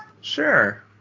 Sure